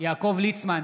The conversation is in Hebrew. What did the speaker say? יעקב ליצמן,